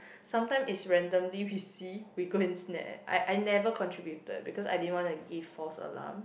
sometimes is randomly we see we go and snack I I never contributed because I didn't want to give false alarm